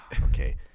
Okay